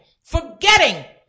forgetting